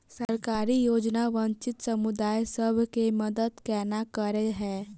सरकारी योजना वंचित समुदाय सब केँ मदद केना करे है?